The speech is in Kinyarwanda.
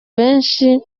benshi